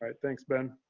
and thanks, ben.